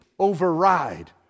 override